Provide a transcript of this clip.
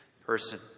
person